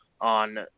on